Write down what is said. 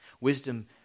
Wisdom